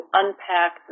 unpack